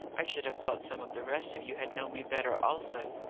i should have thought some of the rest of you had known me better, also.